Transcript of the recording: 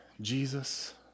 Jesus